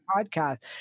podcast